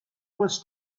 was